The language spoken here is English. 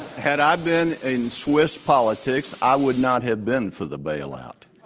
had i been in swiss politics, i would not have been for the bailout.